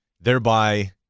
thereby